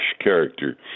character